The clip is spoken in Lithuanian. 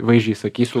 vaizdžiai sakysiu